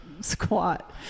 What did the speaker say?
squat